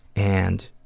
and